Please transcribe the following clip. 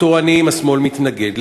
השמאל מתנגד,